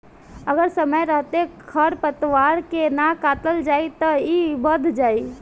अगर समय रहते खर पातवार के ना काटल जाइ त इ बढ़ जाइ